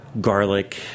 garlic